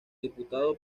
diputado